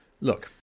Look